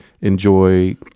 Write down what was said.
enjoy